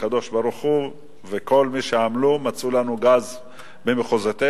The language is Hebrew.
הקדוש-ברוך-הוא וכל מי שעמלו מצאו לנו גז במחוזותינו.